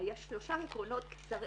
יש שלושה עקרונות שמובילים אותנו,